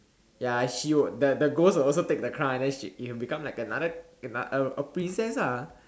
ya she would the the ghost will also take the crown and then she he will become like another another a princess lah